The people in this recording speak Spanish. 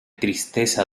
tristeza